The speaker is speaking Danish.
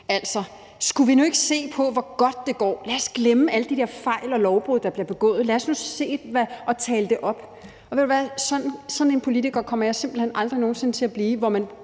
Altså, skulle vi nu ikke se på, hvor godt det går? Lad os glemme alle de der fejl og lovbrud, der bliver begået. Lad os nu tale det op. Og ved du hvad? Jeg kommer aldrig nogen sinde til at blive sådan